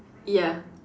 ya